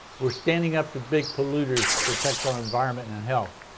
we're standing up to big polluters to protect our environment and health.